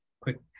quick